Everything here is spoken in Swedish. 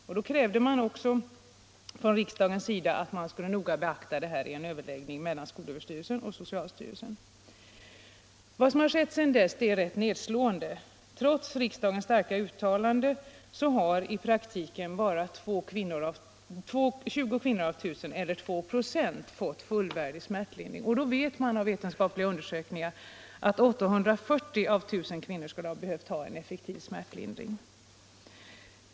Riksdagen krävde också att detta skulle noga beaktas i en överläggning mellan skolöverstyrelsen och socialstyrelsen. Vad som har skett sedan dess är rätt nedslående. Trots riksdagens starka uttalande har i praktiken bara 20 kvinnor av 1000, eller 2 96, fått fullvärdig smärtlindring. Ändå vet man genom vetenskapliga undersökningar att 840 av 1000 kvinnor skulle ha behövt effektiv smärtlindring.